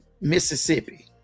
Mississippi